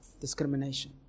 discrimination